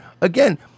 again